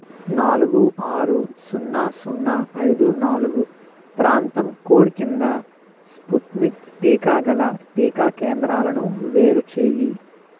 నాలుగు ఆరు సున్నా సున్నా ఐదు నాలుగు ప్రాంతం కోడ్ కింద స్పుత్నిక్ టీకా గల టీకా కేంద్రాలను వేరుచేయి